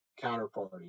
counterparty